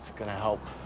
gonna help.